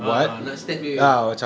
a'ah nak step jer